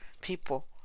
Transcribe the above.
people